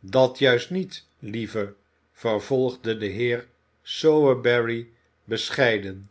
dat juist niet lieve vervolgde de heer sowerberry bescheiden